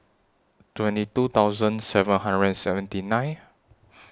twenty two thousand seven hundred and seventy nine